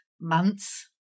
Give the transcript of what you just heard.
months